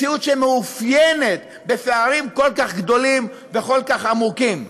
מציאות שמתאפיינת בפערים כל כך גדולים וכל כך עמוקים?